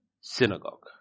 synagogue